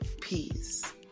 peace